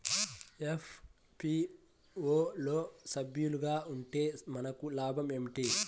FPO లో సభ్యులుగా ఉంటే మనకు లాభం ఏమిటి?